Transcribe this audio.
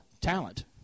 talent